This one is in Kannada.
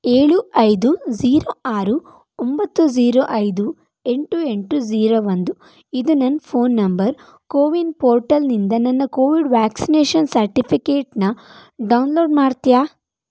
ಏಳು ಐದು ಝೀರೋ ಆರು ಒಂಬತ್ತು ಝೀರೋ ಐದು ಎಂಟು ಎಂಟು ಝೀರೋ ಒಂದು ಇದು ನನ್ನ ಫೋನ್ ನಂಬರ್ ಕೋವಿನ್ ಪೋರ್ಟಲ್ನಿಂದ ನನ್ನ ಕೋವಿಡ್ ವ್ಯಾಕ್ಸಿನೇಷನ್ ಸರ್ಟಿಫಿಕೇಟನ್ನು ಡೌನ್ಲೋಡ್ ಮಾಡ್ತೀಯಾ